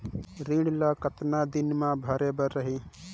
ऋण ला कतना दिन मा भरे बर रही?